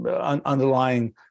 underlying